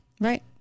Right